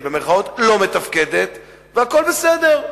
לא מתפקדת, והכול בסדר.